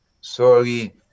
Sorry